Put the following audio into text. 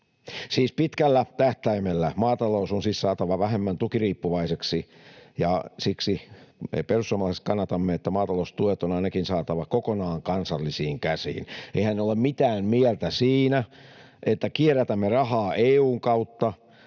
Siis pitkällä tähtäimellä maatalous on saatava vähemmän tukiriippuvaiseksi, ja siksi me perussuomalaiset kannatamme, että maataloustuet on ainakin saatava kokonaan kansallisiin käsiin. Eihän ole mitään mieltä siinä, että kierrätämme rahaa EU:n kautta